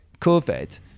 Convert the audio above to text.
COVID